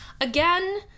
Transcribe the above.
Again